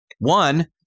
one